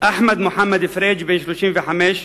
אחמד מוחמד פריג', בן 35,